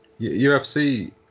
UFC